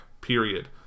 period